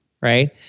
Right